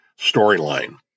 storyline